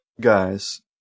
guys